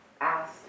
asked